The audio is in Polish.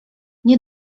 nie